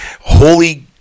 Holy